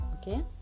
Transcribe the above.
okay